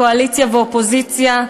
מהקואליציה והאופוזיציה,